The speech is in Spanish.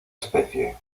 especie